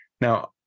now